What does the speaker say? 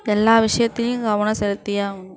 எல்லா விஷயத்துலியும் கவனம் செலுத்தியே ஆகணும்